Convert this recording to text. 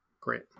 Great